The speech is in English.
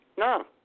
No